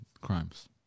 crimes